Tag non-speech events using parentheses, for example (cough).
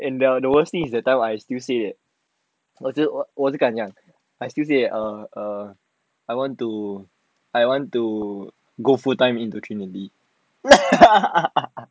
and there are the worst thing is that time I still say eh 我就我就敢讲 I still say eh err err I want to I want to go full time into trinity (laughs)